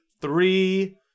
three